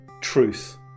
truth